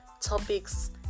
topics